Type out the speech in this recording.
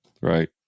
right